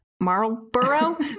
Marlboro